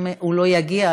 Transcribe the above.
אם הוא לא יגיע,